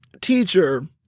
teacher